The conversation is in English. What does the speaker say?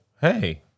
hey